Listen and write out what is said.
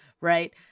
right